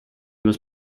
was